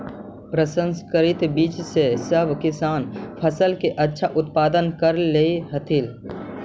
प्रसंकरित बीज से सब किसान फसल के अच्छा उत्पादन कर लेवऽ हथिन